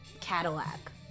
Cadillac